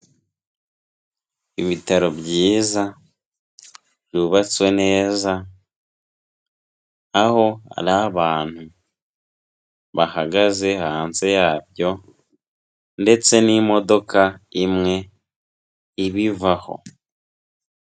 Ibitaro byiza byubatswe neza, aho hari abantu bahagaze hanze yabyo ndetse n'imodoka imwe ibivaho.